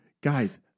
guys